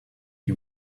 you